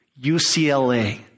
UCLA